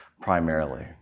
primarily